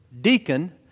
deacon